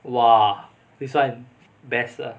!wah! this one best ah